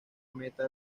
meta